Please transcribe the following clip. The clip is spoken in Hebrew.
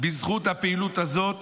בזכות הפעילות הזאת